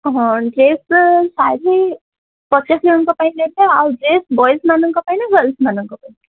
ହଁ ଡ୍ରେସ୍ ଶାଢ଼ୀ ପଚାଶ ଜଣଙ୍କ ପାଇଁ ନେବେ ଆଉ ଡ୍ରେସ୍ ବଏଜ୍ମାନଙ୍କ ପାଇଁ ନା ଗାର୍ଲସ୍ମାନଙ୍କ ପାଇଁ